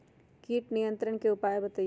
किट नियंत्रण के उपाय बतइयो?